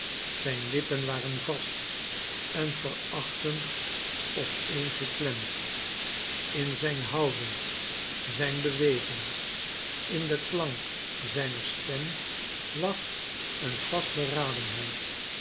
zijn lippen waren vast en verachtend opeen geklemd in zijn houding zijn beweging in den klank zijner stem lag een vastberadenheid